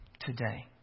today